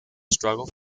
struggle